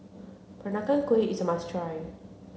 Peranakan Kueh is a must try